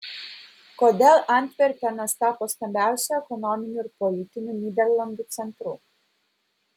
kodėl antverpenas tapo stambiausiu ekonominiu ir politiniu nyderlandų centru